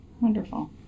Wonderful